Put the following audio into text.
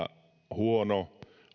huono